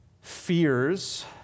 fears